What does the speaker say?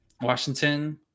Washington